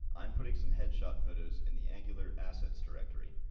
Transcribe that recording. i'm putting some headshot photos in the angular assets directory.